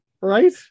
Right